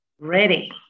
Ready